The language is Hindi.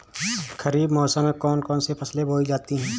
खरीफ मौसम में कौन कौन सी फसलें बोई जाती हैं?